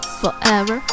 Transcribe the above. forever